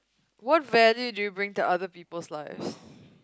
what value do you bring to other people's lives